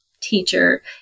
teacher